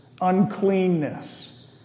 uncleanness